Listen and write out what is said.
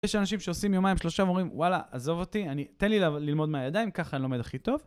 יש אנשים שעושים יומיים שלושה עבורים, וואלה, עזוב אותי, תן לי ללמוד מהידיים, ככה אני לומד הכי טוב.